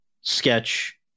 sketch